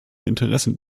interessen